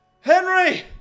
Henry